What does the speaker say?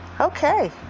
okay